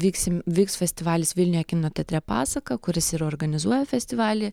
vyksim vyks festivalis vilniuje kino teatre pasaka kuris ir organizuoja festivalį